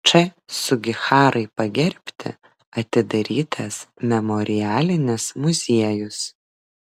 č sugiharai pagerbti atidarytas memorialinis muziejus